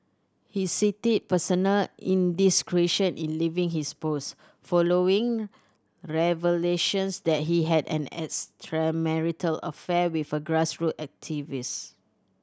he cited personal indiscretion in leaving his post following revelations that he had an extramarital affair with a grassroot activist